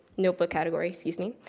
notebook category, excuse me,